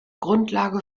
grundlage